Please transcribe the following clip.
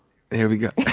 there we go.